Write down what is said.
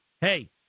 Hey